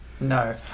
no